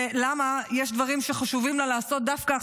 ולמה יש דברים שחשוב לה לעשות דווקא עכשיו,